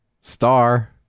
Star